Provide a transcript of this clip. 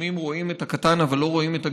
שלפעמים רואים את הקטן אבל לא רואים את הגדול.